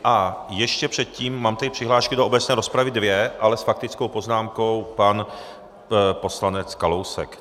A ještě předtím mám tady přihlášky do obecné rozpravy, dvě, ale s faktickou poznámkou pan poslanec Kalousek.